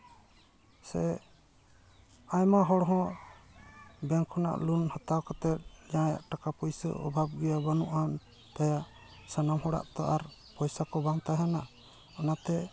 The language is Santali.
ᱥᱮ ᱟᱭᱢᱟ ᱦᱚᱲ ᱦᱚᱸ ᱵᱮᱝᱠ ᱠᱷᱚᱱᱟᱜ ᱞᱳᱱ ᱦᱟᱛᱟᱣ ᱠᱟᱛᱮᱫ ᱡᱟᱦᱟᱸᱭᱟᱜ ᱴᱟᱠᱟ ᱯᱩᱭᱥᱟᱹ ᱚᱵᱷᱟᱵᱽ ᱜᱮᱭᱟ ᱵᱟᱹᱱᱩᱜᱼᱟᱱ ᱛᱟᱭᱟ ᱥᱟᱺᱜᱤᱧ ᱨᱮᱱ ᱥᱟᱱᱟᱢ ᱦᱚᱲᱟᱜ ᱛᱚ ᱟᱨ ᱯᱚᱭᱥᱟ ᱠᱚ ᱵᱟᱝ ᱛᱟᱦᱮᱱᱟ ᱚᱱᱟᱛᱮ